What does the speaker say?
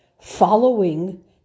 following